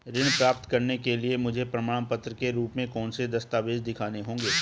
ऋण प्राप्त करने के लिए मुझे प्रमाण के रूप में कौन से दस्तावेज़ दिखाने होंगे?